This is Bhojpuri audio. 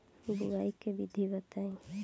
बुआई के विधि बताई?